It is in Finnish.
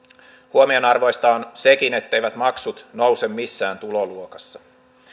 huomionarvoista on sekin etteivät maksut nouse missään tuloluokassa